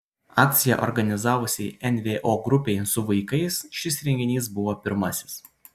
akciją organizavusiai nvo grupei su vaikais šis renginys buvo pirmasis